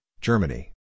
Germany